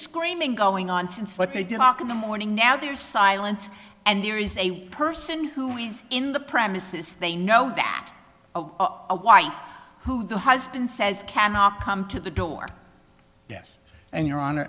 screaming going on since what they did walk in the morning now there's silence and there is a person who is in the premises they know that a wife who the husband says cannot come to the door yes and your hon